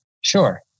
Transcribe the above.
sure